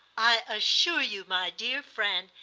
i assure you, my dear friend,